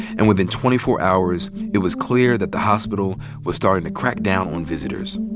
and within twenty four hours, it was clear that the hospital was startin' to crack down on visitors.